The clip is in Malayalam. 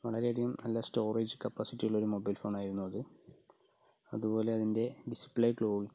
വളരേയധികം നല്ല സ്റ്റോറേജ് കപാസിറ്റിയുള്ളൊരു മൊബൈൽ ഫോണായിരുന്നു അത് അതുപോലെ അതിൻ്റെ ഡിസ്പ്ലേ ക്വാളിറ്റി